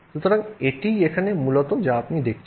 সুতরাং এটিই এখানে মূলত আপনি যা দেখছেন